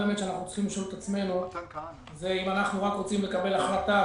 שאנחנו צריכים לשאול את עצמנו היא אם אנחנו רק רוצים לקבל החלטה,